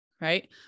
Right